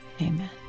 amen